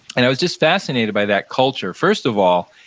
and i was just fascinated by that culture. first of all,